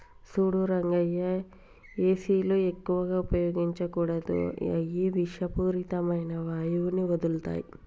సూడు రంగయ్య ఏసీలు ఎక్కువగా ఉపయోగించకూడదు అయ్యి ఇషపూరితమైన వాయువుని వదులుతాయి